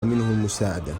المساعدة